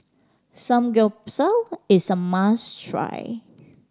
samgyeopsal is a must try